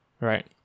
right